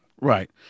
Right